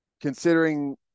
considering